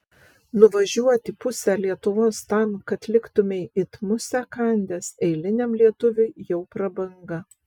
nuvažiuoti pusę lietuvos tam kad liktumei it musę kandęs eiliniam lietuviui jau prabanga